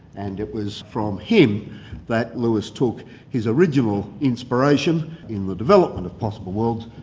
and it was from him that lewis took his original inspiration in the development of possible worlds,